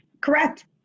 Correct